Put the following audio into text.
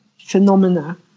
phenomena